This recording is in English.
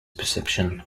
perception